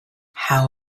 how